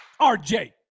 RJ